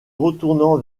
retournant